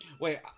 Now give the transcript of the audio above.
Wait